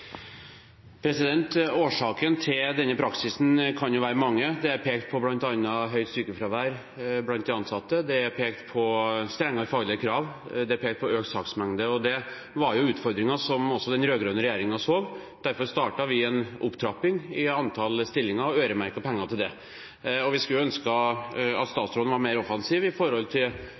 pekt på bl.a. høyt sykefravær blant de ansatte, det er pekt på strengere faglige krav, det er pekt på økt saksmengde, og det var jo utfordringen som også den rød-grønne regjeringen så. Derfor startet vi en opptrapping i antall stillinger og øremerket penger til det. Vi skulle ønske at statsråden var mer offensiv med hensyn til